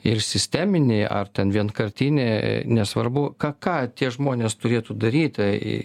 ir sisteminį ar ten vienkartinį nesvarbu ką tie žmonės turėtų daryti tai